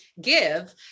give